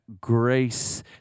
grace